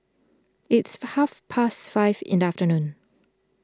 it is half past five in the afternoon